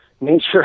Nature